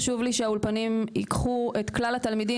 חשוב לי שהאולפנים ייקחו את כלל התלמידים,